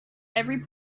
every